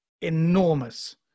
enormous